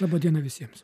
laba diena visiems